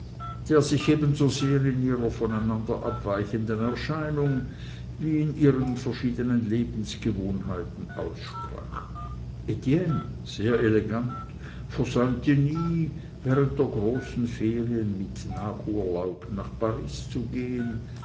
der sich ebensosehr in ihrer voneinander abweichenden erscheinung wie in ihren verschiedenen lebensgewohnheiten aussprach etienne sehr elegant versäumte nie während der großen ferien mit nachurlaub nach paris zu gehen